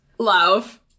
Love